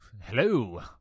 hello